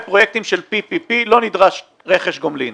בפרויקטים של PPP לא נדרש רכש גומלין.